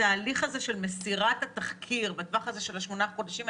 בתהליך הזה של מסירת התחקיר בטווח הזה של השמונה חודשים,